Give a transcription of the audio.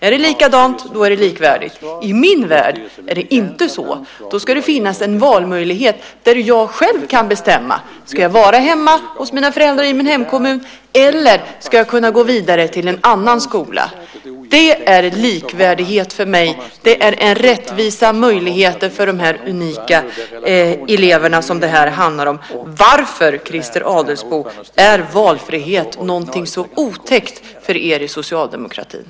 Är det likadant är det likvärdigt. I min värld är det inte så. Det ska finnas en valmöjlighet där jag själv kan bestämma om jag ska vara hemma hos mina föräldrar i min hemkommun eller om jag ska gå vidare till en annan skola. Det är likvärdighet för mig. Det är rättvisa och möjligheter för de unika elever som det här handlar om. Varför, Christer Adelsbo, är valfrihet någonting så otäckt för er i socialdemokratin?